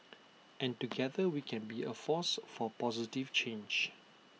and together we can be A force for positive change